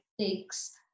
takes